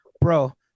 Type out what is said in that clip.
Bro